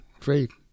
faith